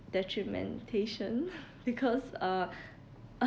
detrimentation because uh